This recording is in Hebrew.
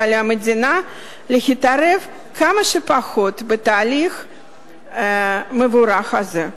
ועל המדינה להתערב כמה שפחות בתהליך המבורך הזה.